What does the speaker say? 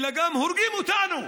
אלא גם הורגים אותנו.